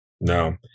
no